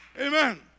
Amen